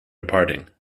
departing